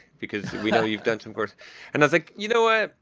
because we know you've done some course and i was like, you know what?